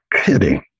kidding